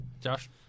josh